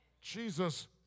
Jesus